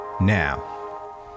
now